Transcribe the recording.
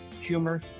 humor